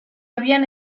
habían